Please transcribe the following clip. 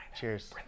Cheers